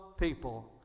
people